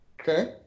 Okay